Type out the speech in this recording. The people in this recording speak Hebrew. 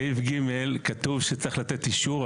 בסעיף (ג) כתוב שצריך לתת אישור,